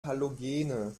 halogene